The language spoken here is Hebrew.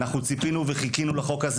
אנחנו ציפינו וחיכינו לו,